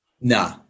Nah